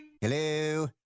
Hello